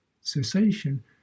cessation